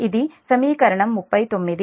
ఇది సమీకరణం 39